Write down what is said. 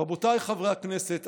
רבותיי חברי הכנסת,